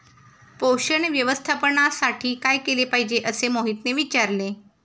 पोषण व्यवस्थापनासाठी काय केले पाहिजे असे मोहितने विचारले?